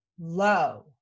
low